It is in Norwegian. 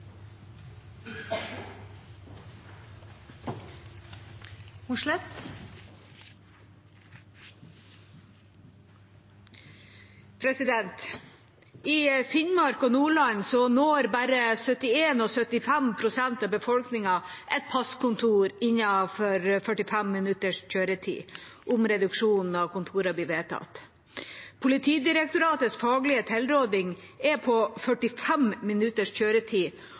litt. I Finnmark og Nordland vil bare 71 pst. og 75 pst. av befolkningen nå et passkontor innenfor 45 minutters kjøretid om reduksjonen av kontorer blir vedtatt. Politidirektoratets faglige tilråding er 45 minutters kjøretid.